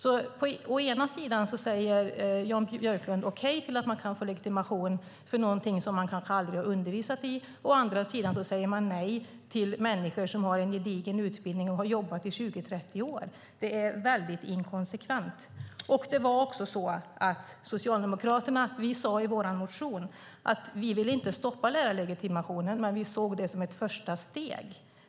Å ena sidan säger Jan Björklund okej till att man kan få legitimation för någonting som man kanske aldrig har undervisat i, å andra sidan säger han nej till människor som har en gedigen utbildning och har jobbat i 20-30 år. Det är väldigt inkonsekvent. Vi i Socialdemokraterna sade i vår motion att vi inte ville stoppa lärarlegitimationen men att vi såg detta som ett första steg.